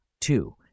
two